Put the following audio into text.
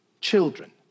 children